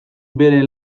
bere